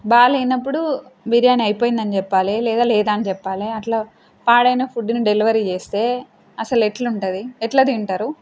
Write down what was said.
బాలేనప్పుడు బిర్యానీ అయిపోయింది అని చెప్పాలి లేదా అని చెప్పాలి అలా పాడైన ఫుడ్ని డెలివరీ చేస్తే అసలు ఎలా ఉంటది ఎలా తింటారు